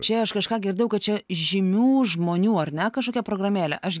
čia aš kažką girdėjau kad čia žymių žmonių ar ne kažkokia programėlė aš